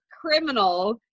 criminal